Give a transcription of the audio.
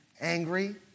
angry